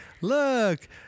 Look